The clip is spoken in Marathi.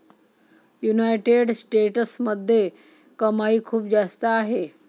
युनायटेड स्टेट्समध्ये कमाई खूप जास्त आहे